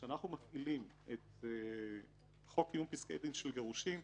כשאנחנו מפעילים את חוק קיום פסקי דין של גירושין,